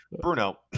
Bruno